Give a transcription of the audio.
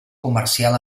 comercial